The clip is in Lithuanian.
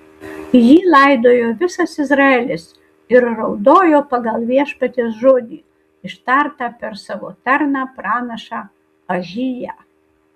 jį laidojo visas izraelis ir raudojo pagal viešpaties žodį ištartą per savo tarną pranašą ahiją